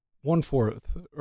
one-fourth